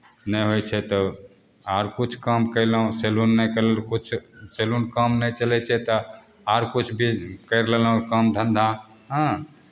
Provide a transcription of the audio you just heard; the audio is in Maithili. नहि होइ छै तऽ आओर किछु काम कएलहुँ सैलून नहि कल किछु सैलूनके काम नहि चलै छै तऽ आओर किछु बेच करि लेलहुँ काम धन्धा हाँ